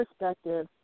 perspective